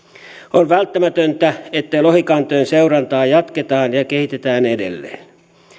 on välttämätöntä että lohikantojen seurantaa jatketaan ja kehitetään edelleen